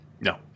no